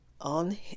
on